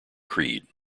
creed